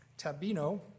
tabino